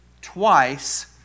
twice